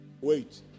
Wait